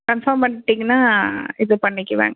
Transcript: confirm பண்ணிட்டிங்கன்னா நான் இது பண்ணிக்குவேன்